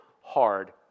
hard